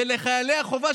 ולחיילי החובה,